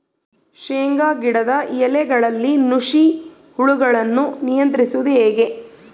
ಶೇಂಗಾ ಗಿಡದ ಎಲೆಗಳಲ್ಲಿ ನುಷಿ ಹುಳುಗಳನ್ನು ನಿಯಂತ್ರಿಸುವುದು ಹೇಗೆ?